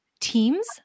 Teams